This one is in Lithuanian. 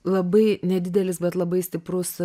labai nedidelis bet labai stiprus